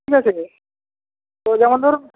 ঠিক আছে তো যেমন ধরুন